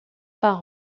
par